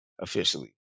officially